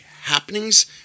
happenings